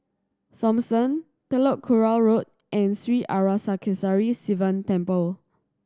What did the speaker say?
Thomson Telok Kurau Road and Sri Arasakesari Sivan Temple